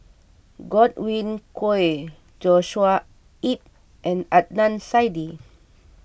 Godwin Koay Joshua Ip and Adnan Saidi